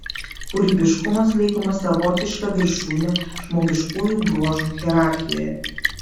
kūrybiškumas laikomas savotiška viršūne žmogiškųjų bruožų hierarchijoje